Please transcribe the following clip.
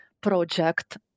project